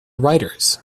writers